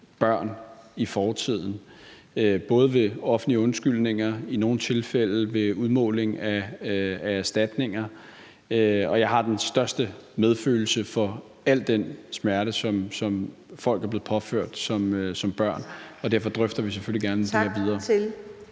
børn i fortiden, både ved offentlige undskyldninger og i nogle tilfælde ved udmåling af erstatninger. Og jeg har den største medfølelse med hensyn til al den smerte, som folk er blevet påført som børn, og derfor drøfter vi det selvfølgelig gerne videre.